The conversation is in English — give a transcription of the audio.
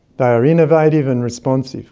they are innovative and responsive